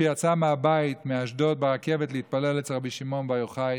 שיצא מהבית מאשדוד ברכבת להתפלל אצל רבי שמעון בר יוחאי,